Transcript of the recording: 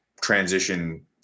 transition